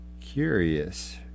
curious